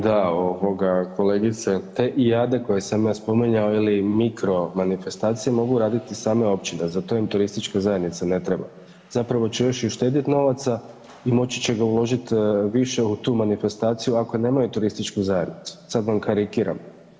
Da ovoga kolegice, te ijade koje sam ja spominjao ili mikro manifestacije mogu raditi same općine, za to im turistička zajednica ne treba, zapravo će još i uštedjet novaca i moći će ga uložit više u tu manifestaciju ako nemaju turističku zajednicu, sad vam karikiram.